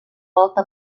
volta